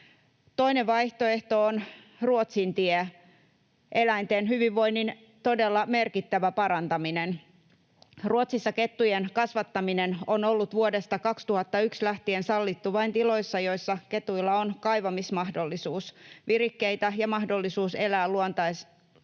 Toinen vaihtoehto on Ruotsin tie, eläinten hyvinvoinnin todella merkittävä parantaminen. Ruotsissa kettujen kasvattaminen on ollut vuodesta 2001 lähtien sallittu vain tiloissa, joissa ketuilla on kaivamismahdollisuus, virikkeitä ja mahdollisuus elää luontaisesti